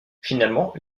finalement